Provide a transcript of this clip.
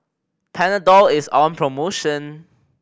Panadol is on promotion